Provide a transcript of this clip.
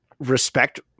respect